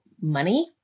money